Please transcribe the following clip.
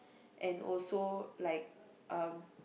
and also like uh